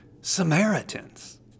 Samaritans